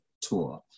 tour